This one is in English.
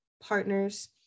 partners